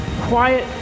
quiet